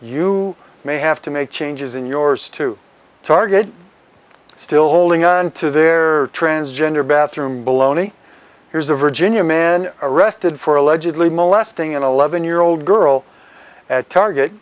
you may have to make changes in yours to target still holding on to their transgender bathroom baloney here's a virginia man arrested for allegedly molesting an eleven year old girl at